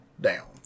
down